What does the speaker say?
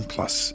Plus